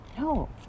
No